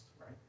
right